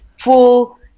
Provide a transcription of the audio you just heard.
full